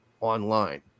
online